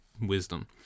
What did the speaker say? wisdom